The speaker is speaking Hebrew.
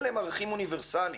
אלה הם ערכים אוניברסליים.